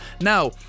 now